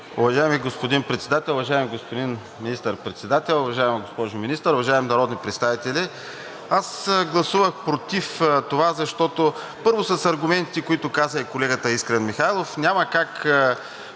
Уважаеми господин Председател, уважаеми господин Министър-председател, уважаема госпожо Министър, уважаеми народни представители! Аз гласувах против това, първо, с аргументите, които каза и колегата Искрен Митев – няма как